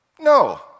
No